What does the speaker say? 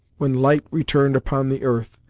when light returned upon the earth,